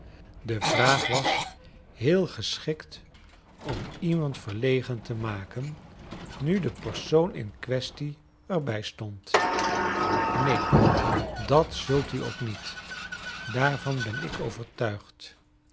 de vraag was heel geschikt om iemand verlcgen te maken nu de persoon in quaestie er bij stond neen dat zult u ook niet daarvan ben ik overtuigd